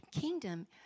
kingdom